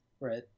right